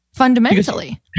Fundamentally